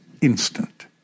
instant